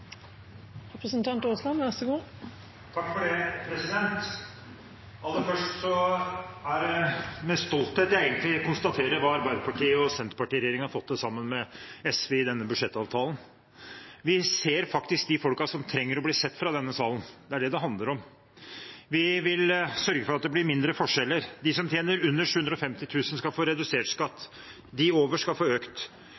Aller først så er det med stolthet jeg konstaterer hva Arbeiderparti–Senterparti-regjeringen har fått til sammen med SV i denne budsjettavtalen. Vi ser faktisk de folkene som trenger å bli sett fra denne sal, det er det det handler om. Vi vil sørge for at det blir mindre forskjeller. De som tjener under 750 000 kr, skal få redusert skatt,